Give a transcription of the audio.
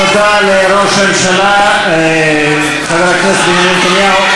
תודה לראש הממשלה חבר הכנסת בנימין נתניהו.